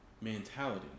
mentality